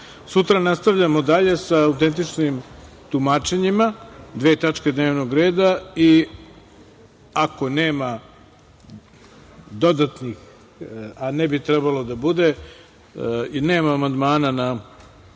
reda. Sutra nastavljamo dalje sa autentičnim tumačenjima, dve tačke dnevnog reda. Ako nema dodatnih, a ne bi trebalo da bude, i nema amandmana na